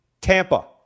Tampa